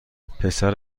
پسر